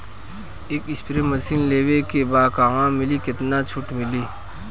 एक spray machine लेवे के बा कहवा मिली केतना छूट मिली?